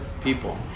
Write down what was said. people